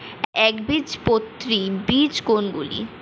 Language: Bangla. একবীজপত্রী বীজ কোন গুলি?